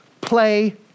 play